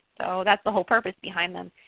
so that's the whole purpose behind them,